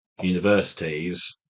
universities